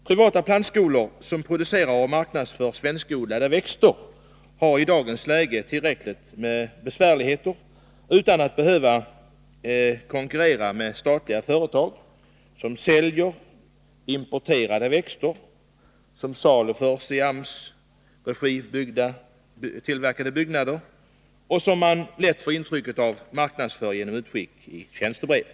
Privata plantskolor som producerar och marknadsför svenskodlade växter har i dagens läge tillräckligt med besvärligheter, utan att behöva konkurrera med statliga företag som saluför importerade växter i byggnader uppförda i AMS regi och som — vilket är det intryck man lätt får — marknadsför produkterna genom utskickning i tjänstebrev.